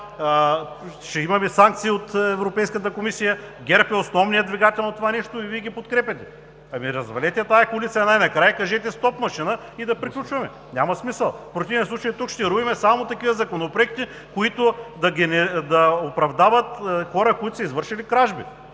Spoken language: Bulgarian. ще имаме санкции от Европейската комисия. ГЕРБ е основният двигател на това и Вие ги подкрепяте. Ами, развалете я тази коалиция най-накрая. Кажете: „Стоп машина!“ и да приключваме – няма смисъл. В противен случай тук ще роим само такива законопроекти, които да оправдават хора, които са извършили кражби